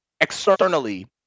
externally